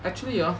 actually hor okay